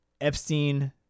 Epstein